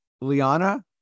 Liana